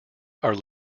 are